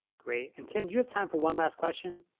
great, and tim, do you have time for one last question?